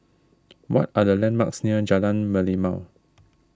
what are the landmarks near Jalan Merlimau